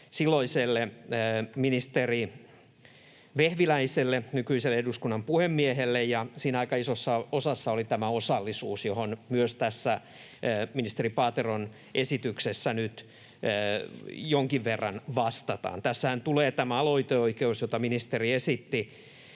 silloiselle ministeri Vehviläiselle, nykyiselle eduskunnan puhemiehelle. Siinä oli aika isossa osassa tämä osallisuus, johon myös tässä ministeri Paateron esityksessä nyt jonkin verran vastataan. Tässähän tulee tämä aloiteoikeus, jota ministeri esitteli